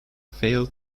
failed